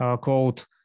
called